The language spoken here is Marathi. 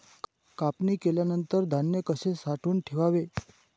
कापणी केल्यानंतर धान्य कसे साठवून ठेवावे?